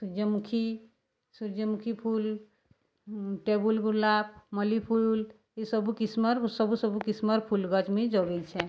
ସୂର୍ଯ୍ୟମୁଖୀ ସୂର୍ଯ୍ୟମୁଖୀ ଫୁଲ୍ ଟେବୁଲ୍ ଗୁଲାପ୍ ମଲ୍ଲି ଫୁଲ୍ ଏସବୁ କିସ୍ମର ସବୁ ସବୁ କିସ୍ମ୍ର ଫୁଲ୍ ଗଛ୍ ମୁଇଁ ମୁଇଁ ଜଗେଇଚେଁ